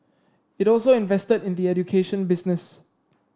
it also invested in the education business